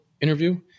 interview